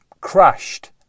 crashed